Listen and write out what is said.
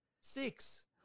Six